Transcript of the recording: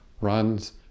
runs